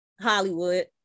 Hollywood